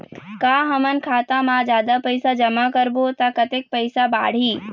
का हमन खाता मा जादा पैसा जमा करबो ता कतेक पैसा बढ़ही?